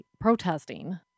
protesting